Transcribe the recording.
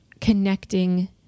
connecting